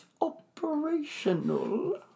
operational